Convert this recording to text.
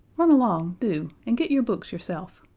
run along, do, and get your books yourself.